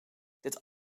dit